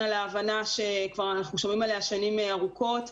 על ההבנה שאנחנו שומעים עליה שנים ארוכות,